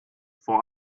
vor